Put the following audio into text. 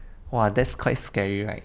!wah! that's quite scary right